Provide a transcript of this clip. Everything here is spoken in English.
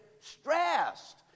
stressed